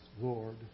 Lord